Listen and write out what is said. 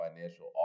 financial